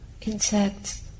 insects